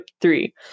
three